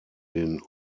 den